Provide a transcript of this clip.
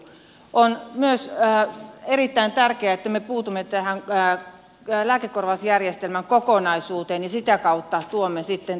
on myös erittäin tärkeää että me puutumme tähän lääkekorvausjärjestelmän kokonaisuuteen ja sitä kautta tuomme sitten